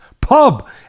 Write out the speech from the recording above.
pub